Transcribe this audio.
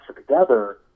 together